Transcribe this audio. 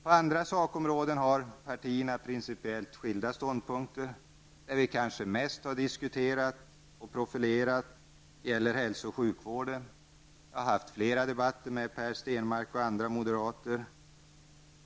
På andra sakområden har partierna principiellt skilda ståndpunkter. Det område som vi kanske har diskuterat mest och där vi har profilerat oss gäller hälso och sjukvården. Jag har haft flera debatter med Per Stenmarck och andra moderater.